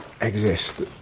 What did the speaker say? exist